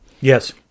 Yes